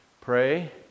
Pray